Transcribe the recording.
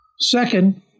Second